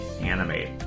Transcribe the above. Animate